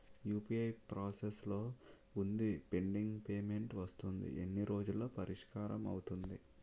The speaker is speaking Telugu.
యు.పి.ఐ ప్రాసెస్ లో వుందిపెండింగ్ పే మెంట్ వస్తుంది ఎన్ని రోజుల్లో పరిష్కారం అవుతుంది